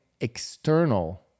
external